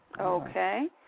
Okay